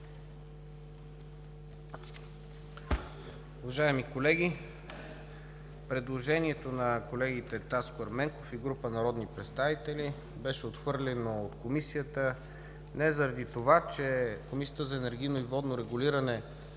Уважаеми колеги, предложението на колегите Таско Ерменков и група народни представители беше отхвърлено в Комисията не заради това, че Комисията за енергийно и водно регулиране